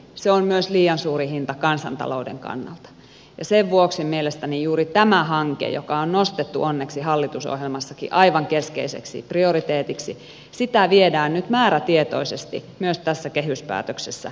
se on myös liian suuri hinta kansantalouden kannalta ja sen vuoksi juuri tätä hanketta joka on nostettu onneksi hallitusohjelmassakin aivan keskeiseksi prioriteetiksi viedään nyt määrätietoisesti myös tässä kehyspäätöksessä eteenpäin